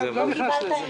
אני לא נכנס לזה.